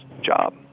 job